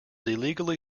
illegally